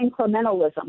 incrementalism